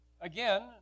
Again